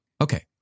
Okay